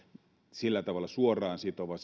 sillä tavalla suoraan sitova